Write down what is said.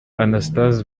anastase